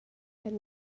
kan